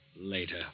later